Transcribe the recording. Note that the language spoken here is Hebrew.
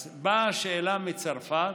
אז באה שאלה מצרפת